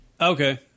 Okay